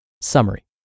Summary